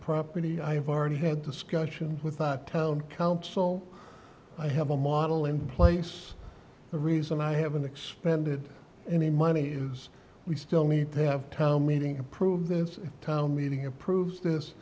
property i have already had discussions with the town council i have a model in place the reason i haven't expended any money is we still need to have town meeting approve this town meeting approves this